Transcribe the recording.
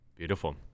Beautiful